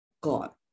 God